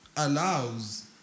allows